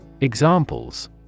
Examples